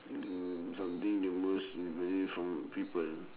mm something you most from people